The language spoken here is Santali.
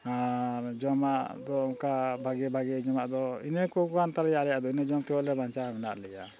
ᱟᱨ ᱡᱚᱢᱟᱜ ᱫᱚ ᱚᱱᱠᱟ ᱵᱷᱟᱜᱮ ᱵᱷᱟᱜᱮ ᱡᱚᱢᱟᱜ ᱫᱚ ᱤᱱᱟᱹ ᱠᱚ ᱠᱟᱱ ᱛᱟᱞᱮᱭᱟ ᱟᱞᱮᱭᱟᱜ ᱫᱚ ᱤᱱᱟᱹ ᱡᱚᱢ ᱛᱮᱦᱮᱸᱞᱮ ᱵᱟᱧᱪᱟᱣ ᱢᱮᱱᱟᱜ ᱞᱮᱭᱟ